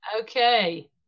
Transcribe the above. Okay